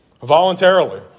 voluntarily